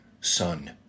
son